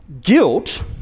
Guilt